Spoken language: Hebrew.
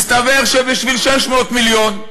הסתבר שבשביל 600 מיליון.